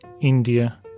India